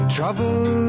Trouble